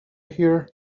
here